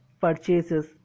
purchases